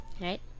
Right